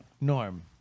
norm